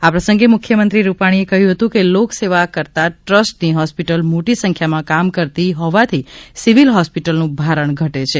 આ પ્રસંગે મુખ્યમંત્રી રૂપાણીએ કહ્યું હતું કે લોકસેવા કરતા ટ્રસ્ટની હોસ્પિટલ મોટી સંખ્યામાં કામ કરતી હોવાથી સિવિલ હોસ્પીટલનું ભારણ ઘટે છે